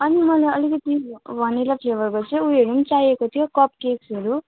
अनि मलाई अलिकति भेनिल्ला फ्लेभरको चाहिँ उयोहरू पनि चाहिएको थियो कप केकहरू